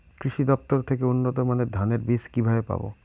কৃষি দফতর থেকে উন্নত মানের ধানের বীজ কিভাবে পাব?